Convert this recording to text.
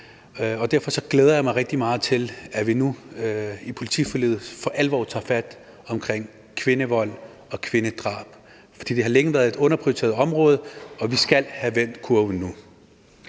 Derfor glæder jeg mig rigtig meget til, at vi nu i politiforliget for alvor tager fat på kvindevold og kvindedrab, for det har længe været et underprioriteret område, og vi skal have vendt kurven nu.